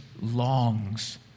longs